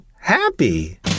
happy